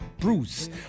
Bruce